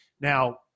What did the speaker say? now